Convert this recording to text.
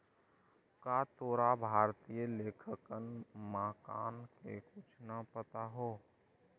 का तोरा भारतीय लेखांकन मानक के कुछ नाम पता हो?